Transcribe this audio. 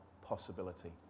possibility